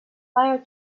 hire